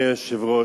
אדוני היושב-ראש,